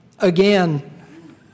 Again